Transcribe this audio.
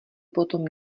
potom